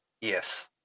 Yes